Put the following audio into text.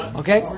okay